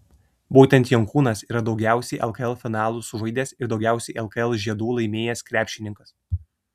būtent jankūnas yra daugiausiai lkl finalų sužaidęs ir daugiausiai lkl žiedų laimėjęs krepšininkas